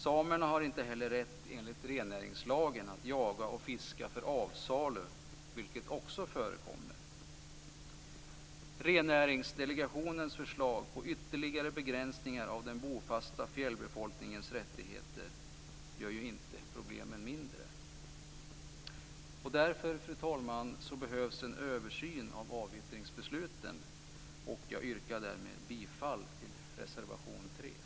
Samerna har inte heller rätt enligt rennäringslagen att jaga och fiska för avsalu, något som också förekommer. Rennäringsdelegationens förslag till ytterligare begränsningar av den bofasta fjällbefolkningens rättigheter gör ju inte problemen mindre. Fru talman! Därför behövs en översyn av avyttringsbesluten. Jag yrkar bifall till reservation nr 3.